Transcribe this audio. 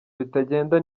bitagenda